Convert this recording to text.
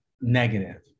negative